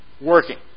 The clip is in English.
working